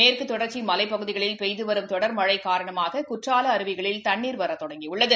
மேற்குத் தொடர்ச்சிமலைப் பகுதிகளில் பெய்துவரும் தொடர் மழைகாரணமாககுற்றாலஅருவிகளில் தண்ணீர் வரத் தொடங்கியுள்ளது